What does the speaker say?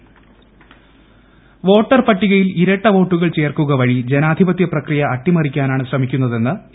voter പട്ടിക voter പട്ടികയിൽ ഇരുട്ട് പ്രോട്ടുകൾ ചേർക്കുക വഴി ജനാധിപത്യ പ്രക്രിയ അട്ടിമറിക്കാിന്റാണ് ശ്രമിക്കുന്നതെന്ന് എ